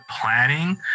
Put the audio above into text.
planning